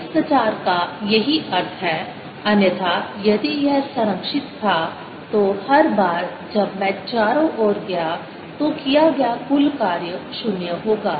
इस विचार का यही अर्थ है अन्यथा यदि यह संरक्षित था तो हर बार जब मैं चारों ओर गया तो किया गया कुल कार्य 0 होगा